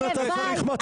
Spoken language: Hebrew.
אני רוצה להגיד לך,